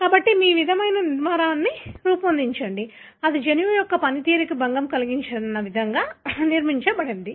కాబట్టి మీరు మీ విధమైన నిర్మాణాన్ని రూపొందించండి అది జన్యువు యొక్క పనితీరుకు భంగం కలిగించని విధంగా నిర్మించబడింది